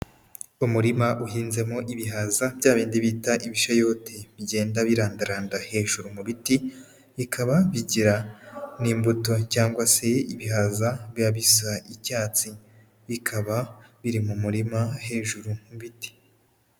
Umurima uhinzemo ibihaza bya bindi bita ibishayote bigenda birandaranda hejuru mu biti, bikaba bigira n'imbuto cyangwa se ibihaza biba bisa icyatsi, bikaba biri mu murima hejuru mu biti.